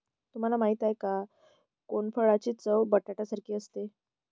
तुम्हाला माहिती आहे का? कोनफळाची चव बटाट्यासारखी असते